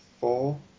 four